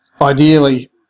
ideally